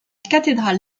cathédrale